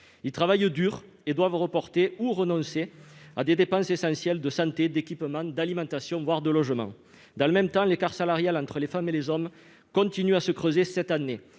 ils travaillent dur et doivent reporter, ou à y renoncer, des dépenses essentielles de santé, d'équipement, d'alimentation, voire de logement. Dans le même temps, l'écart salarial entre les femmes et les hommes continue de se creuser cette année,